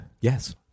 Yes